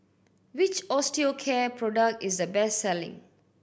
which Osteocare product is the best selling